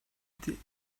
était